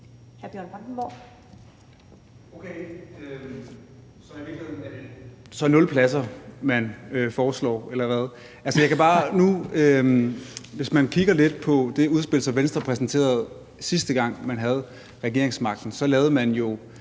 er det nul pladser, man foreslår, eller hvad? Altså, hvis man kigger lidt på det udspil, som Venstre præsenterede, sidste gang man havde regeringsmagten, så lavede man jo